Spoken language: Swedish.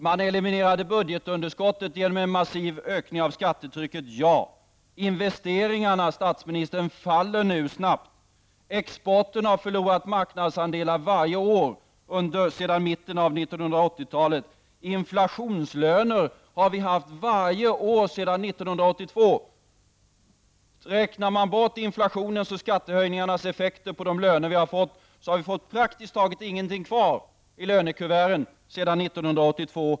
Man eliminerade budgetunderskottet genom en massiv ökning av skattetrycket -- ja. Men investeringarna faller nu snabbt, statsministern. Exporten har förlorat marknadsandelar varje år sedan mitten av 1980-talet. Inflationslöner har vi haft varje år sedan 1982. Räknar man bort inflationens och skattehöjningarnas effekter på de löner som vi har fått, finner man att vi har fått praktiskt taget ingenting kvar i lönekuverten sedan 1982.